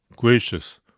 gracious